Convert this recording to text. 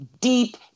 deep